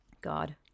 God